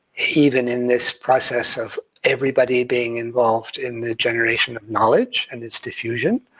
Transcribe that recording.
even in this process of everybody being involved in the generation of knowledge and its diffusion.